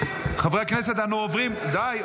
חברי הכנסת: אנחנו עוברים די,